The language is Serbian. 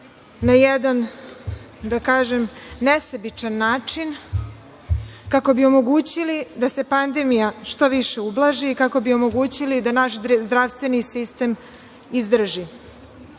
na jedan, da kažem, nesebičan način, kako bi omogućili da se pandemija što više ublaži, kako bi omogućili da naš zdravstveni sistem izdrži. Kažu